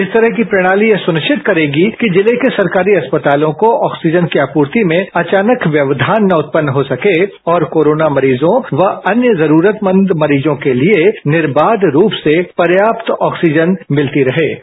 इस तरह की प्रणाली यह सुनिश्चित करेगी कि जिले के सरकारी अस्पतालों को ऑक्सीजन की आपूर्ति में अचानक व्यवधान न उत्पन्न हो सके और कोरोना मरीजों व अन्य जरूरतमंद मरीजों के लिए निर्वाध रूप से पर्याप्त ऑक्सीजन मिल सके